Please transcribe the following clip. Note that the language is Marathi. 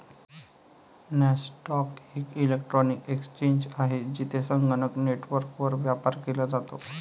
नॅसडॅक एक इलेक्ट्रॉनिक एक्सचेंज आहे, जेथे संगणक नेटवर्कवर व्यापार केला जातो